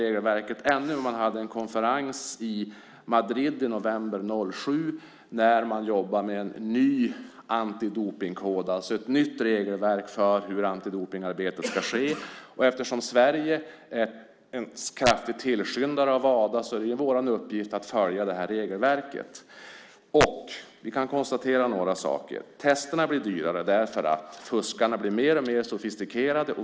I november 2007 hade man en konferens i Madrid och jobbade då med en ny antidopningskod, ett nytt regelverk för hur antidopningsarbetet ska ske. Eftersom Sverige är en stark tillskyndare av Wada är det vår uppgift att följa det här regelverket. Vi kan konstatera några saker. Testerna blir dyrare därför att fuskarna blir mer och mer sofistikerade.